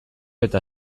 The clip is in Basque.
eta